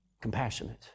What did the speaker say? compassionate